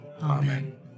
Amen